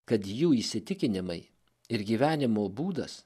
kad jų įsitikinimai ir gyvenimo būdas